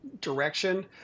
direction